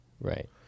Right